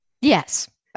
Yes